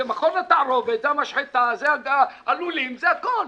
זה מכון התערובות, זה המשחתה, זה הלולים, זה הכול.